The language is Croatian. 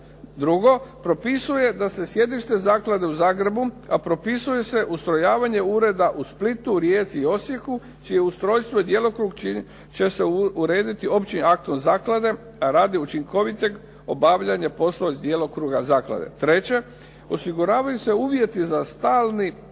Drugo, propisuje da se sjedište zaklade u Zagrebu, a propisuje se ustrojavanje ureda u Splitu, Rijeci i Osijeku čije ustrojstvo i djelokrug čim će se urediti općim aktom zaklade radi učinkovitog obavljanja poslova iz djelokruga zaklade. Treće, osiguravaju se uvjeti za stalni